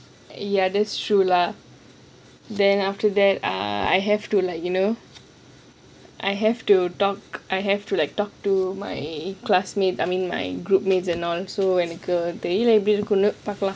ya that's true lah then after that I have to like you know I have to talk I have to like talk to my classmate I mean my group mates and all so தெரில எப்பிடி இருக்கும்னு பாக்கலாம்:thrila eppidi irukkumnu paakkalaam